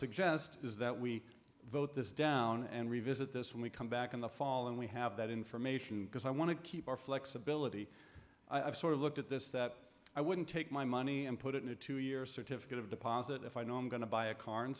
suggest is that we vote this down and revisit this when we come back in the fall and we have that information because i want to keep our flexibility i've sort of looked at this that i wouldn't take my money and put it in a two year certificate of deposit if i know i'm going to buy a car